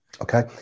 Okay